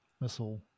missile